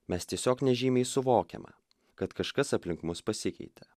mes tiesiog nežymiai suvokiame kad kažkas aplink mus pasikeitė